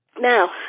Now